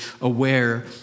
aware